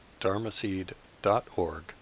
dharmaseed.org